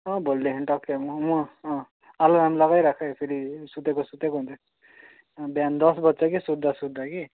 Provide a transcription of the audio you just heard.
अँ भोलिदेखि टक्कै म अँ अँ आलार्म लगाइराख है फेरि सुतेको सुतेको हुन्छ बिहान दस बज्छ के सुत्दा सुत्दै कि